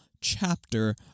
chapter